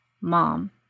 mom